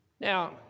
Now